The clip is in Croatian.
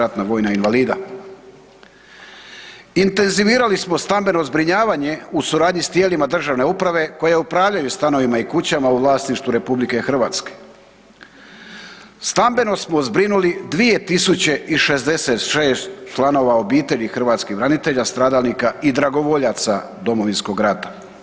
Intenzivirali smo stambeno zbrinjavanje u suradnji s tijelima državne uprave koje upravljaju stanovima i kućama u vlasništvu RH, stambeno smo zbrinuli 2.066 članova obitelji hrvatskih branitelja stradalnika i dragovoljaca Domovinskog rata.